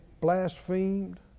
blasphemed